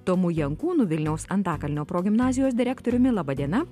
tomu jankūnu vilniaus antakalnio progimnazijos direktoriumi laba diena